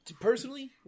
Personally